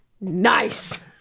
Nice